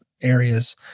areas